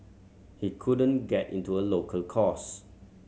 he couldn't get into a local course